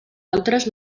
altres